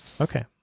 Okay